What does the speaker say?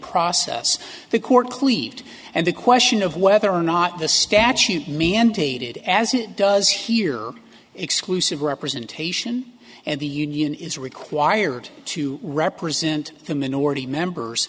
process the court cleaved and the question of whether or not the statute me and hated as it does here exclusive representation and the union is required to represent the minority members